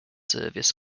service